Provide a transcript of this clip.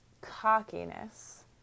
cockiness